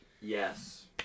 Yes